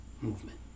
Movement